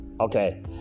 okay